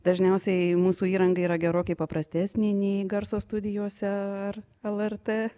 dažniausiai mūsų įranga yra gerokai paprastesnė nei garso studijose ar lrt